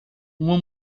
uma